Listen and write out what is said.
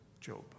Job